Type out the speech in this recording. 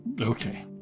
Okay